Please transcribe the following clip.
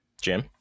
Jim